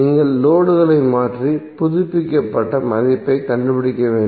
நீங்கள் லோடுகளை மாற்றி புதுப்பிக்கப்பட்ட மதிப்பைக் கண்டுபிடிக்க வேண்டும்